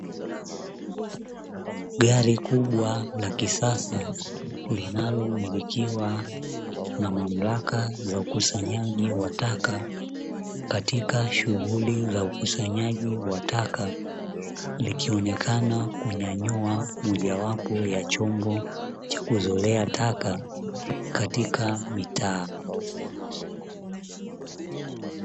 Gari kubwa la kisasa linalomilikiwa na mamlaka za ukusanyaji wa taka, katika shughuli za ukusanyaji wa taka likionekana kunyanyua mojawapo ya chombo cha kuzolea taka katika mitaa.